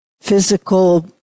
physical